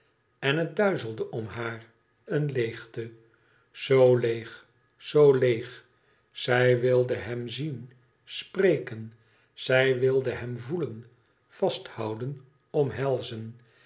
en het duizelde om haar een leegte zoo leeg zoo leeg zij wilde hem zien spreken zij wilde hem voelen vasthouden omhelzen